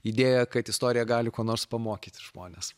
idėja kad istorija gali ko nors pamokyti žmones